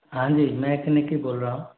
हाँ जी मैकनिक ही बोल रहा हूँ